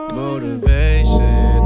motivation